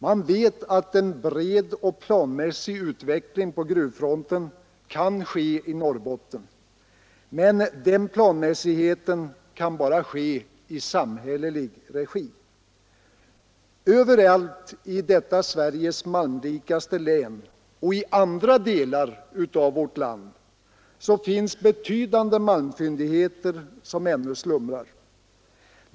Man vet att en bred och planmässig utveckling på gruvfronten kan ske i Norrbotten, men den planmässigheten kan bara komma till stånd i samhällelig regi. Överallt i detta Sveriges malmrikaste län och i andra delar av vårt land finns betydande malmfyndigheter som ännu slumrar.